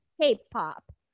K-pop